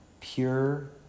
pure